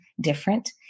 different